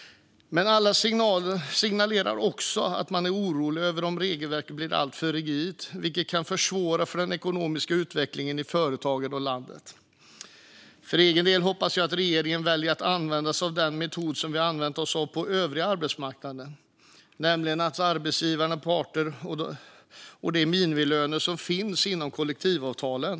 Men alla signalerar också att de är oroliga över om regelverket blir alltför strikt, vilket kan försvåra för den ekonomiska utvecklingen i företagen och landet. För egen del hoppas jag att regeringen väljer att använda sig av den metod som vi har använt oss av på den övriga arbetsmarknaden, med arbetsmarknadens parter och de minimilöner som finns inom kollektivavtalen.